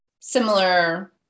similar